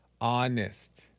Honest